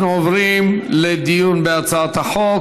אנחנו עוברים לדיון בהצעת החוק.